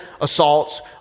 assaults